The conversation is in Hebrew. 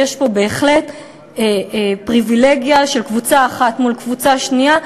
יש פה בהחלט פריבילגיה של קבוצה אחת מול קבוצה שנייה.